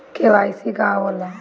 KYC का होला?